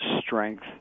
strength